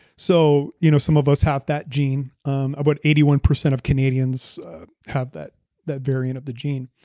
so you know some of us have that gene, um about eighty one percent of canadians have that that variant of the gene.